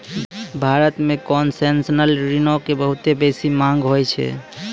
भारत मे कोन्सेसनल ऋणो के बहुते बेसी मांग होय छै